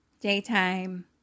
daytime